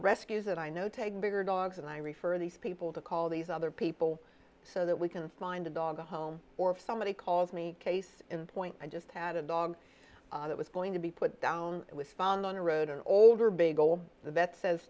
rescues that i know take bigger dogs and i refer these people to call these other people so that we can find a dog a home or if somebody calls me case in point i just had a dog that was going to be put down it was found on a road an older big old the vet says